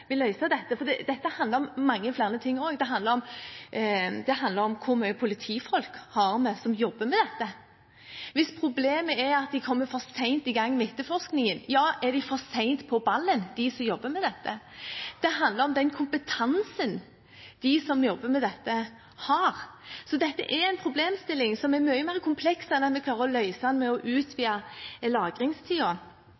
ikke løse dette, for dette handler om mange flere ting også. Det handler om hvor mye politifolk vi har som jobber med dette. Hvis problemet er at de kommer for sent i gang med etterforskningen – er de for sent på ballen, de som jobber med dette? Det handler om den kompetansen de som jobber med dette, har. Dette er en problemstilling som er mye mer kompleks enn at vi klarer å løse den ved å utvide lagringstiden. Jeg synes det